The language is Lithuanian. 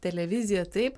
televizija taip